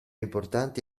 importanti